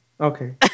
Okay